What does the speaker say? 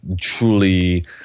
truly